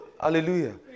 Hallelujah